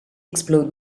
explode